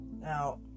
Now